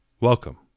Welcome